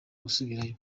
gusubirayo